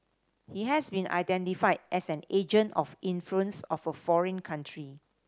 he has been identified as an agent of influence of a foreign country